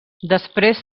després